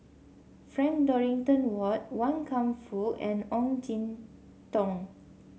Frank Dorrington Ward Wan Kam Fook and Ong Jin Teong